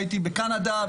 הייתי בקנדה,